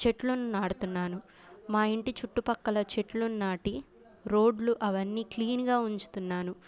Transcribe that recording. చెట్లను నాటుతున్నాను మా ఇంటి చుట్టూ పక్కల చెట్లను నాటి రోడ్లు అవన్ని క్లీన్గా ఉంచుతున్నాను